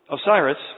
Osiris